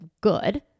good